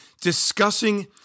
discussing